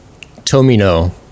Tomino